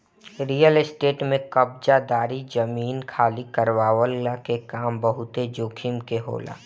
real estate में कब्ज़ादारी, जमीन खाली करववला के काम बहुते जोखिम कअ होला